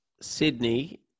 Sydney